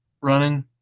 running